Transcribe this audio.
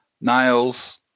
nails